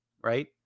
right